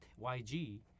YG